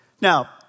Now